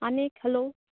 आनीक हॅलो